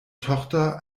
tochter